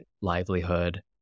livelihood